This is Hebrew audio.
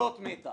עודד פורר.